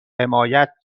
حمایت